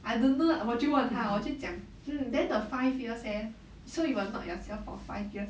I don't know lah 我就问他我就讲 hmm then the five years eh so you were not yourself for five years